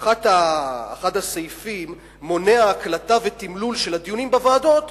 אחד הסעיפים מונע הקלטה ותמלול של הדיונים בוועדות,